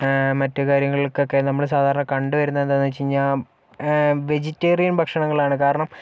മറ്റു കാര്യങ്ങൾക്കൊക്കെ നമ്മള് സാധാരണ കണ്ട് വരുന്നത് എന്താന്ന് വച്ച് കഴിഞ്ഞാ വെജിറ്റേറിയൻ ഭക്ഷണങ്ങളാണ് കാരണം